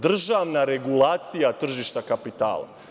Državna regulacija tržišta kapitala.